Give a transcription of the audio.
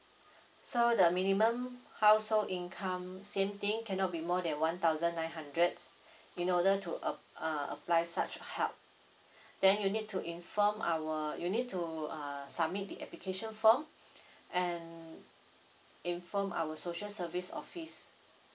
so the minimum household income same thing cannot be more than one thousand nine hundred in order to uh uh apply such help then you need to inform our you need to uh submit the application form and inform our social service office